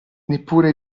neppure